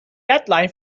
deadline